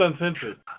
Uncensored